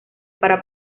para